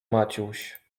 maciuś